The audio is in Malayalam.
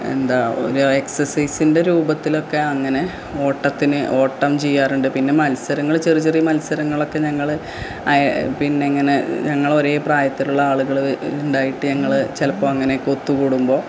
എന്താണ് എക്സസൈസിൻ്റെ രൂപത്തിലൊക്കെ അങ്ങനെ ഓട്ടത്തിന് ഓട്ടം ചെയ്യാറുണ്ട് പിന്നെ മത്സരങ്ങള് ചെറിയ ചെറിയ മത്സരങ്ങളൊക്കെ ഞങ്ങള് അയ് പിന്നെ ഇങ്ങനെ ഞങ്ങള് ഒരേ പ്രായത്തിലുള്ള ആളുകള് ഉണ്ടായിട്ട് ഞങ്ങള് ചിലപ്പോള് അങ്ങനൊക്കെ ഒത്തു കൂടുമ്പോള്